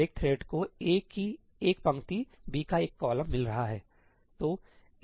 प्रत्येक थ्रेड को A की एक पंक्ति B का एक कॉलम मिल रहा है